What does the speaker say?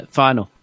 final